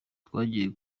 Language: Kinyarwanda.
twagiye